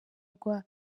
rwa